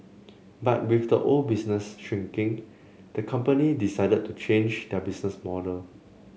but with the old business shrinking the company decided to change their business model